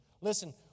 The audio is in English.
Listen